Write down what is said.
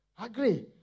agree